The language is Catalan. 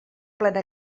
plena